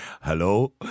Hello